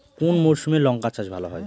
কোন মরশুমে লঙ্কা চাষ ভালো হয়?